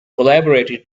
collaborated